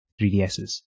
3DSs